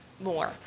more